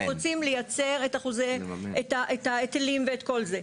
אנחנו רוצים לייצר את ההיטלים ואת כל זה.